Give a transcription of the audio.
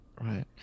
Right